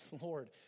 Lord